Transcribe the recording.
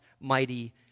mighty